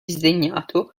sdegnato